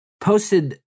posted